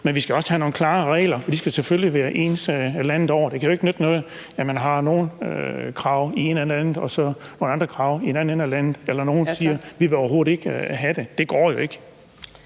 Men vi skal også have nogle klare regler, og de skal selvfølgelig være ens landet over. Det kan jo ikke nytte noget, at man har nogle krav i en ende af landet og så nogle andre krav i en anden ende af landet, eller at nogle siger, at de overhovedet ikke vil have det. Det går jo ikke.